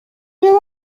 you